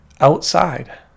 outside